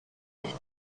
ich